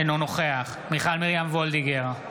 אינו נוכח מיכל מרים וולדיגר,